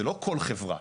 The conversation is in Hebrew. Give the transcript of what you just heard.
זה לא כל חברה.